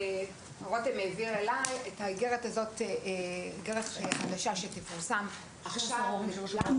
רותם זהבי העביר אלינו איגרת שתופץ בבתי הספר והגנים על מערכת החינוך.